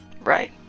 Right